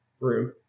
room